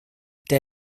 der